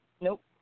nope